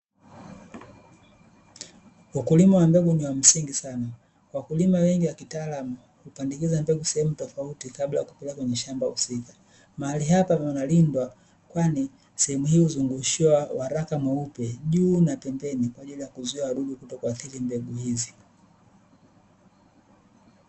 wakulima wa mbegu ni wamsingi sana ,wakulima wengi wa kitaalamu hupandikiza mbegu sehemu tofauti kabla ya kupeleka kwenye shamba husika ,mahali hapa panalindwa kwani sehemu hii huzungushiwa waraka mweupe juu na pembeni kwaajili ya kuzuia wadudu kutoathiri mbegu hizi .